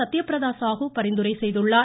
சத்யபிரத சாஹு பரிந்துரை செய்துள்ளார்